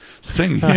sing